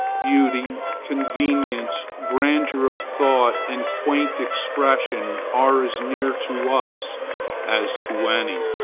beauty, convenience, grandeur of thought and quaint expression are as near to us as to any,